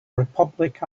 republic